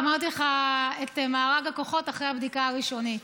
אמרתי בלשכה שאת זה אני בוחנת.